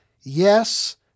Yes